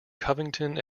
covington